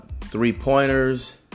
three-pointers